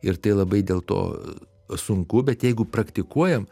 ir tai labai dėl to sunku bet jeigu praktikuojam